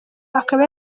akaba